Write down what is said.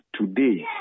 today